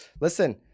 Listen